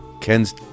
Ken's